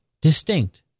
distinct